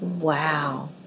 Wow